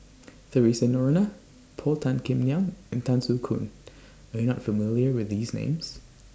Theresa Noronha Paul Tan Kim Liang and Tan Soo Khoon Are YOU not familiar with These Names